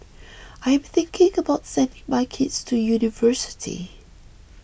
I am thinking about sending my kids to university